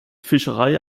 fischerei